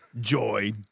joy